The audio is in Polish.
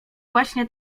właśnie